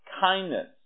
kindness